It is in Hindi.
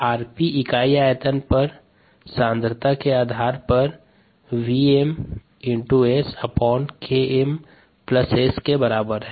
rPvmSKmSV where vmk3Et rP प्रति इकाई आयतन आधार पर या सांद्रता के आधार पर 𝑣𝑚 𝑺𝑲𝒎 𝑺 के बराबर है